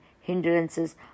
hindrances